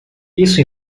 isso